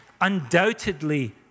undoubtedly